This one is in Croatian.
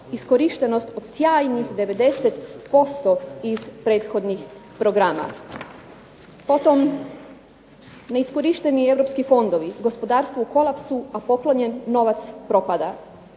iskorištenost od sjajnih 90% iz prethodnih programa. Potom "Neiskorišteni europski fondovi, gospodarstvo u kolapsu, a poklonjen novac propada."